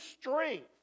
strength